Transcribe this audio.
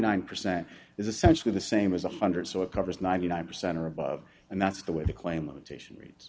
nine percent is essentially the same as one hundred so it covers ninety nine percent or above and that's the way they claim limitation rates